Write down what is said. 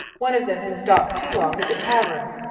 one of them has stopped too long at the tavern.